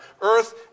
earth